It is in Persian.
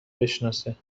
بشناسه